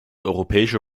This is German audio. europäische